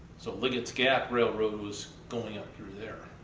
so, liggett's gap railroad was going up through there.